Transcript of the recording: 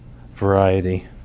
variety